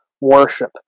worship